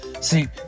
See